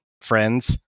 friends